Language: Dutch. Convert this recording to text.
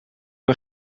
een